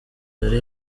yari